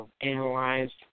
analyzed